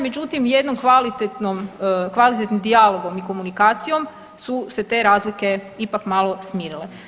Međutim, jednim kvalitetnim dijalogom i komunikacijom su se te razlike ipak malo smirite.